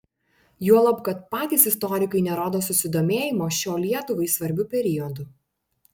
juolab kad patys istorikai nerodo susidomėjimo šiuo lietuvai svarbiu periodu